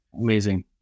amazing